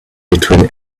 between